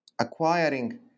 acquiring